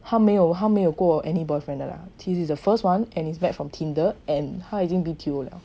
他没有还没有过 any boyfriend 的 lah he is the first one and met from Tinder and 他已经 B_T_O liao